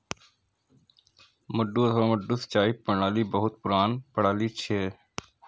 मड्डू अथवा मड्डा सिंचाइ प्रणाली बहुत पुरान प्रणाली छियै